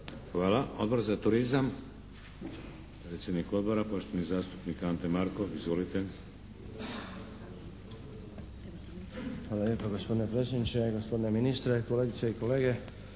Hvala. Odbor za turizam, predsjednik odbora, poštovani zastupnik Ante Markov. Izvolite. **Markov, Ante (HSS)** Hvala lijepo gospodine predsjedniče, gospodine ministre, kolegice i kolege.